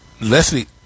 leslie